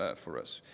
ah for us,